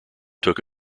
took